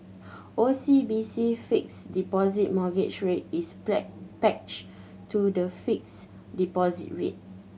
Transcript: O C B C Fixed Deposit Mortgage Rate is pegged to the fixed deposit rate